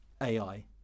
AI